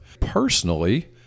Personally